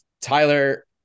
Tyler